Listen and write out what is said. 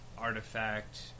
Artifact